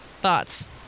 thoughts